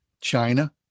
China